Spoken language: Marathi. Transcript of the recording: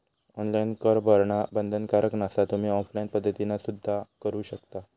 ऑनलाइन कर भरणा बंधनकारक नसा, तुम्ही ऑफलाइन पद्धतीना सुद्धा करू शकता